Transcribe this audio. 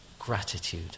gratitude